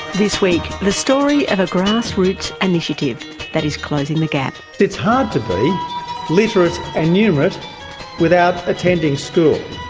this week the story of a grassroots initiative that is closing the gap. it's hard to be literate and numerate without attending school.